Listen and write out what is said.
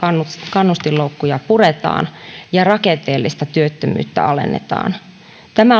kannustinloukkuja puretaan ja rakenteellista työttömyyttä alennetaan tämä